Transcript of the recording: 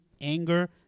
anger